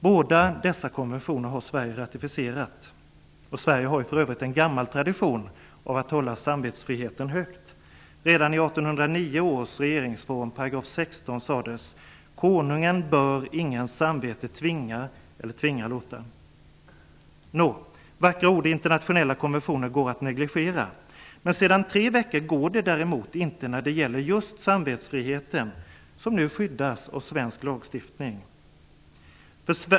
Båda dessa konventioner har Sverige ratificerat. Sverige har ju en gammal tradition av att hålla samvetsfriheten högt. Redan i 1809 års regeringsform, 16 §, sades: ''Konungen bör ingens samvete tvinga eller tvinga låta.'' Vackra ord i internationella konventioner går att negligera. Sedan tre veckor går det däremot inte när det gäller just samvetsfrihet som nu skyddas av svensk lag.